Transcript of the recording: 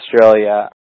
Australia